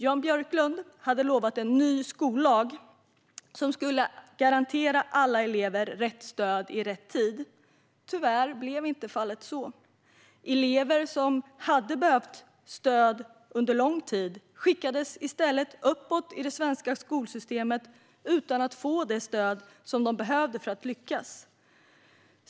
Jan Björklund hade lovat en ny skollag som skulle garantera alla elever rätt stöd i rätt tid. Tyvärr blev så inte fallet. Elever som hade behövt stöd under lång tid skickades i stället uppåt i det svenska skolsystemet, utan att ha fått det stöd de behövde för att lyckas.